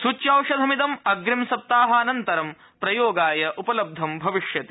सूच्यौषधमिदम् अग्रिम सप्ताहानन्तरं प्रयोगाय उपलब्धं भविष्यति